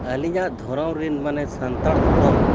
ᱟᱹᱞᱤᱧᱟᱜ ᱫᱷᱚᱨᱚᱢ ᱨᱮᱱ ᱢᱟᱱᱮ ᱥᱟᱱᱛᱟᱲ ᱫᱷᱚᱨᱚᱢ